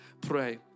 Pray